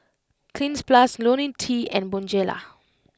Cleanz Plus Ionil T and Bonjela